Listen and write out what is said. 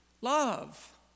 Love